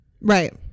Right